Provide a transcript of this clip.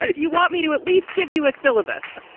you want me to at least give you a syllabus?